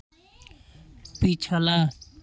पिछला